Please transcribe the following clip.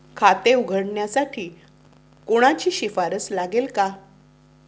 खाते उघडण्यासाठी कोणाची शिफारस लागेल का?